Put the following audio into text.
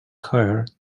hired